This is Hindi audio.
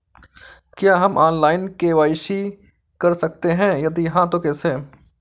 क्या हम ऑनलाइन के.वाई.सी कर सकते हैं यदि हाँ तो कैसे?